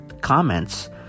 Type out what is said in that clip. comments